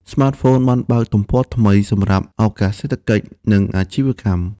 ស្មាតហ្វូនបានបើកទំព័រថ្មីសម្រាប់ ឱកាសសេដ្ឋកិច្ច និងអាជីវកម្ម។